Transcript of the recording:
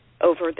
over